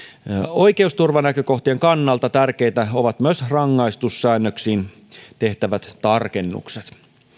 oikeusturvanäkökohtien kannalta tärkeitä ovat myös rangaistussäännöksiin tehtävät tarkennukset